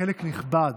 חלק נכבד,